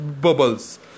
bubbles